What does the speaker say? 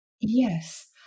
Yes